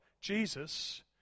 Jesus